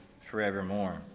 forevermore